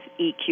EQ